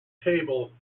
table